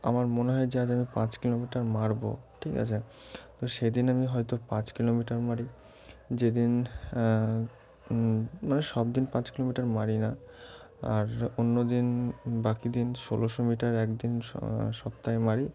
আমার মনে হয় যে আজ আমি পাঁচ কিলোমিটার মারব ঠিক আছে তো সেদিন আমি হয়তো পাঁচ কিলোমিটার মারি যেদিন মানে সব দিন পাঁচ কিলোমিটার মারি না আর অন্য দিন বাকি দিন ষোলোশো মিটার একদিন স সপ্তাহে মারি